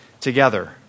together